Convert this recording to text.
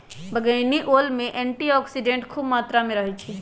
बइगनी ओल में एंटीऑक्सीडेंट्स ख़ुब मत्रा में रहै छइ